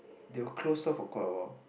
they were close off for quite a while